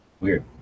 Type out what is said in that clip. Weird